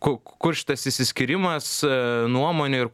kur šitas išsiskyrimas nuomonė ir kuo jūs tai aiškintumėt